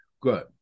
good